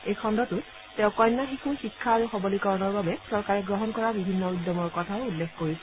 এই খণ্ডটোত তেওঁ কন্যা শিশুৰ শিক্ষা আৰু সৱলীকৰণৰ বাবে চৰকাৰে গ্ৰহণ কৰা বিভিন্ন উদ্যমৰ কথাও উল্লেখ কৰিছিল